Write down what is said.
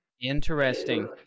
interesting